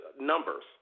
Numbers